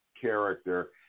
character